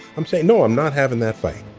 i'm saying no, i'm not having that fight.